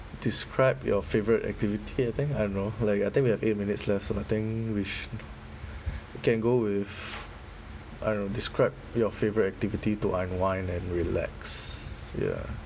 describe your favourite activity I think I don't know like I think we have eight minutes left so I think we sh~ you can go with I don't know describe your favourite activity to unwind and relax ya